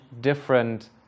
different